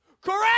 Correct